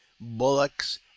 bullocks